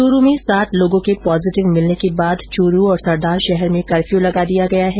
च्रूर में सात लोगों के पॉजिटिव मिलने के बाद चूरू और सरदारशहर में कर्फ्यू लगा दिया गया है